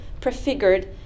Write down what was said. prefigured